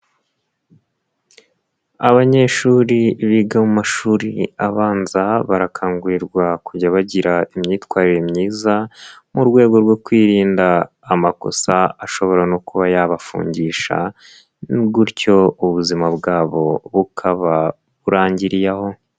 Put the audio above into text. Abanyeshuri biga mu mashuri abanza, barakangurirwa kujya bagira imyitwarire myiza, mu rwego rwo kwirinda amakosa ashobora no kuba yabafungisha, gutyo ubuzima bwabo bukaba burangiriye aho.